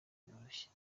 byoroshye